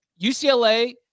UCLA